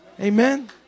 Amen